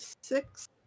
six